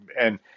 and-